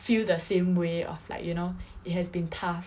feel the same way of like you know it has been tough